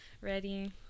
Ready